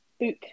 book